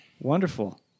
Wonderful